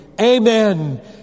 Amen